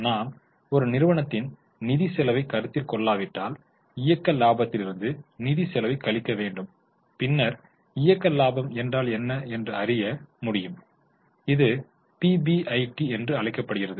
நாம் ஒரு நிறுவனத்தின் நிதி செலவைக் கருத்தில் கொள்ளாவிட்டால் இயக்க லாபத்திலிருந்து நிதி செலவைக் கழிக்க வேண்டும் பின்னர் இயக்க லாபம் என்றால் என்ன என்று அறிய முடியும் இது பிபிஐடி என்றும் அழைக்கப்படுகிறது